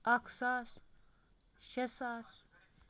اَکھ ساس شیٚے ساس